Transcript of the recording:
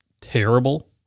terrible